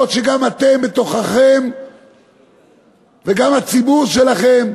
אף שגם אתם בתוככם וגם הציבור שלכם,